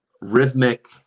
rhythmic